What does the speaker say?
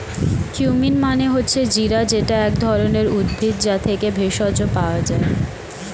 cumin মানে হচ্ছে জিরা যেটা এক ধরণের উদ্ভিদ, যা থেকে ভেষজ পাওয়া যায়